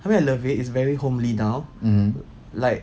I mean I love it it's very homely now like